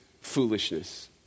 foolishness